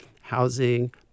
housing